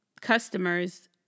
customers